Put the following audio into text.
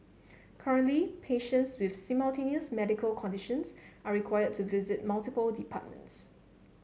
currently patients with simultaneous medical conditions are required to visit multiple departments